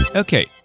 Okay